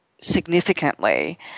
significantly